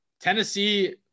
Tennessee